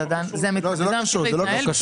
זה לא קשור.